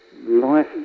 life